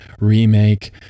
remake